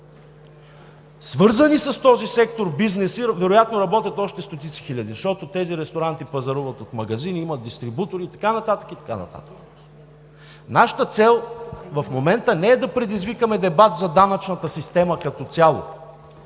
свързани с този сектор бизнеси вероятно работят още стотици хиляди, защото тези ресторанти пазаруват от магазини, имат дистрибутори и така нататък, и така нататък. Нашата цел в момента не е да предизвикаме дебат за данъчната система като цяло,